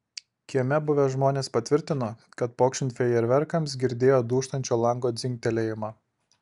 kieme buvę žmonės patvirtino kad pokšint fejerverkams girdėjo dūžtančio lango dzingtelėjimą